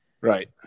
Right